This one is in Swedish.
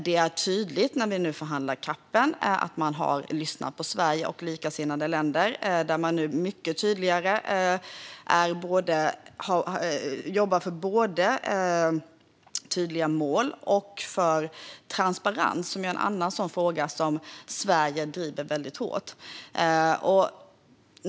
Det är tydligt när vi nu förhandlar CAP:en att man har lyssnat på Sverige och likasinnade länder eftersom man nu mycket tydligare jobbar för både tydliga mål och transparens, som är en annan fråga som Sverige driver mycket hårt.